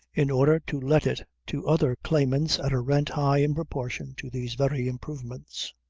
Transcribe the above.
in order to let it to other claimants at a rent high in proportion to these very improvements.